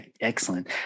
Excellent